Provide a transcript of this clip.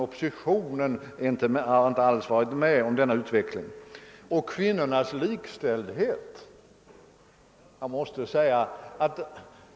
Oppositionen har inte alls varit med om denna utveckling.» Och kvinnornas likställdhet!